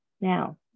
now